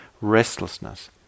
restlessness